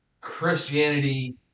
Christianity